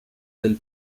del